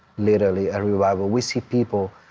literally a revival. we see people